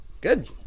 Good